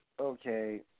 Okay